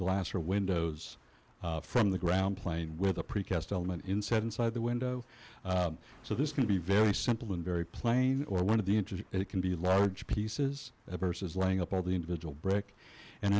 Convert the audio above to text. glass or windows from the ground plane with a precast element inside inside the window so this can be very simple and very plain or one of the interest it can be large pieces of versus lining up of the individual brick and